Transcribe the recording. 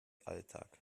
alltag